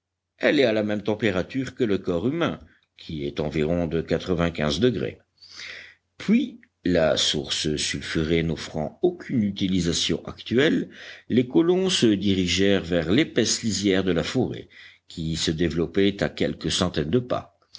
elle est à la même température que le corps humain qui est environ de quatre-vingt-quinze degrés puis la source sulfurée n'offrant aucune utilisation actuelle les colons se dirigèrent vers l'épaisse lisière de la forêt qui se développait à quelques centaines de pas